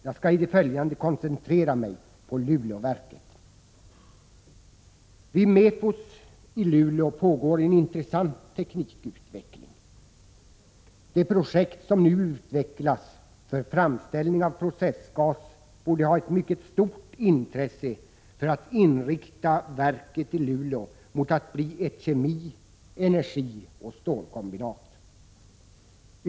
Jag skalli det följande koncentrera mig på Luleåverken. Vid Mefos i Luleå pågår en intressant teknikutveckling. Det projekt som nu utvecklas för framställning av processgas borde ha ett mycket stort intresse när det gäller att inrikta verket i Luleå mot att bli ett kemi-, energioch stålkombinat.